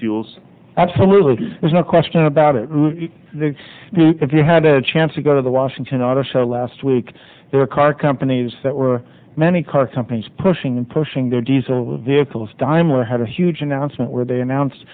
fuel so absolutely there's no question about it there because you had a chance to go to the washington auto show last week their car companies that were many car companies pushing and pushing their diesel vehicles dimer had a huge announcement where they announce